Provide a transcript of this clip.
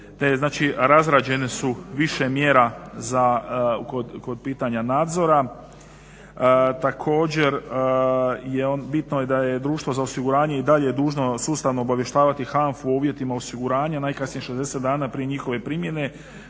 razrađene su više mjera kod pitanja nadzora. Također, bitno je da je društvo za osiguranje i dalje dužno sustavno obavještavati HANFA-u o uvjetima osiguranja, najkasnije 60 dana prije njihove primjene,